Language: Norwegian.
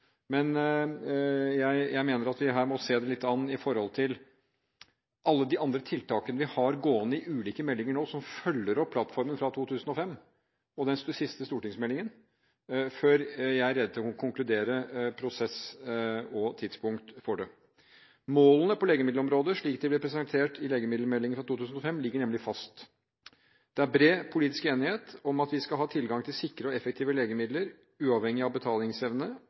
Men vi må nå se det litt an i forhold til alle de andre tiltakene vi har gående i ulike meldinger, som følger opp plattformen fra 2005 og den siste stortingsmeldingen, før jeg er rede til å konkludere med hensyn til prosess og tidspunkt for dette. Målene på legemiddelområdet, slik de ble presentert i legemiddelmeldingen fra 2005, ligger nemlig fast. Det er bred politisk enighet om at vi skal ha tilgang til sikre og effektive legemidler uavhengig av betalingsevne,